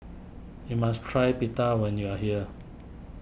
you must try Pita when you are here